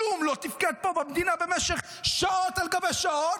כלום לא תפקד פה במדינה במשך שעות על גבי שעות,